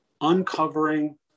uncovering